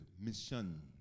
mission